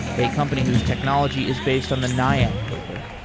a company whose technology is based on the naiad paper,